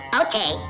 Okay